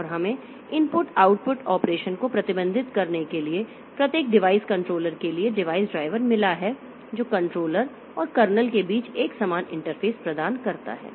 और हमें input output operation को प्रबंधित करने के लिए प्रत्येक डिवाइस कंट्रोलर के लिए डिवाइस ड्राइवर मिला है जो कंट्रोलर और कर्नेल के बीच एकसमान इंटरफ़ेस प्रदान करता है